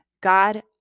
God